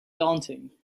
daunting